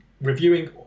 reviewing